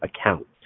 account